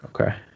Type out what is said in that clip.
Okay